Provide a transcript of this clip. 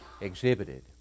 exhibited